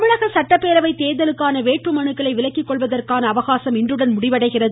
தமிழக சட்டப்பேரவை தேர்தலுக்கான வேட்புமனுக்களை விலக்கிக்கொள்வதற்கான அவகாசம் இன்றுடன் முடிவடைகிறது